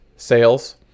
sales